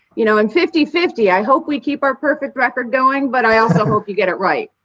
you know, i'm fifty fifty. i hope we keep our perfect record going. but i also hope you get it right.